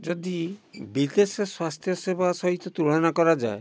ଯଦି ବିଦେଶ ସ୍ୱାସ୍ଥ୍ୟ ସେବା ସହିତ ତୁଳନା କରାଯାଏ